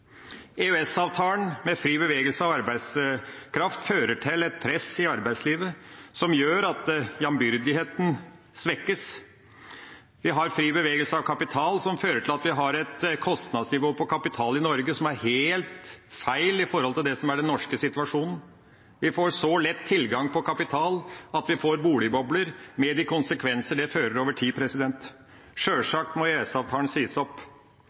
EØS-avtalen, med fri bevegelse av arbeidskraft, fører til et press i arbeidslivet som gjør at jambyrdigheten svekkes. Vi har fri bevegelse av kapital, som fører til at vi har et kostnadsnivå på kapital i Norge som er helt feil med tanke på det som er den norske situasjonen. Vi får så lett tilgang på kapital at vi får boligbobler, med de konsekvenser det fører til over tid. Sjølsagt må EØS-avtalen sies opp.